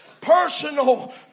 personal